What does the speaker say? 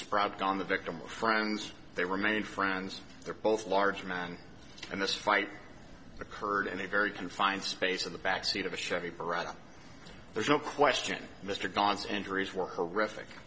sprog on the victim are friends they remain friends they're both large man and this fight occurred in a very confined space in the back seat of a chevy beretta there's no question mr goss injuries were horrific